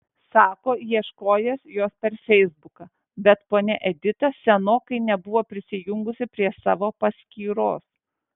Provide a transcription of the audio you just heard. sako ieškojęs jos per feisbuką bet ponia edita senokai nebuvo prisijungusi prie savo paskyros